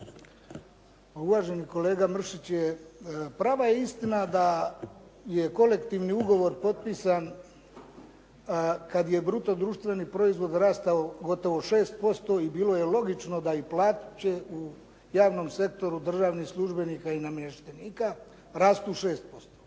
uvaženi kolega Mršić je prava istina da je kolektivni ugovor potpisan kada je bruto društveni proizvod rastao gotovo 6% i bilo je logično da i plaće u javnom sektoru državnih službenika i namještenika rastu 6%